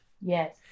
Yes